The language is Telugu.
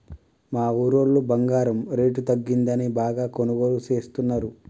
మా ఊరోళ్ళు బంగారం రేటు తగ్గిందని బాగా కొనుగోలు చేస్తున్నరు